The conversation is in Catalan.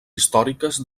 històriques